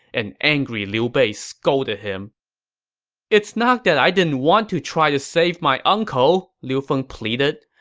an angry liu bei scolded him it's not that i didn't want to try to save my uncle, liu feng pleaded.